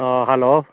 ꯑꯣ ꯍꯜꯂꯣ